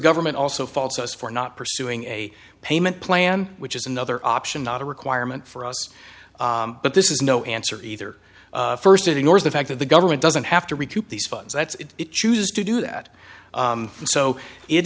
government also faults us for not pursuing a payment plan which is another option not a requirement for us but this is no answer either first it ignores the fact that the government doesn't have to recoup these funds that it chooses to do that so it